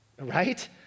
right